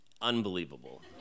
unbelievable